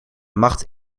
macht